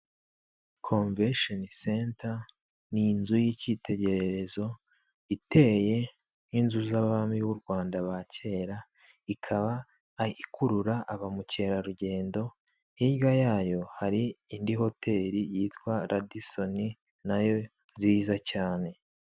Komvensheni senta ni inzu y'icyitegererezo iteye nk'inzu z'abami b'u Rwanda ba kera ikaba ikurura bamukerarugendo, hirya yayo hari indi hoteli yitwa radisoni nayo nziza cyane.